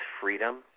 freedom